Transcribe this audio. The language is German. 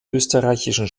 österreichischen